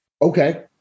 okay